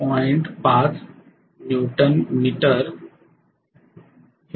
मोजू शकतो